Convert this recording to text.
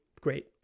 great